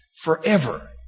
forever